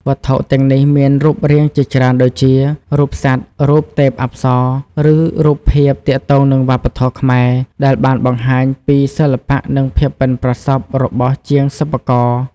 វត្ថុទាំងនេះមានរូបរាងជាច្រើនដូចជា រូបសត្វ រូបទេពអប្សរ ឬរូបភាពទាក់ទងនឹងវប្បធម៌ខ្មែរ ដែលបានបង្ហាញពីសិល្បៈនិងភាពប៉ិនប្រសប់របស់ជាងសិប្បករ។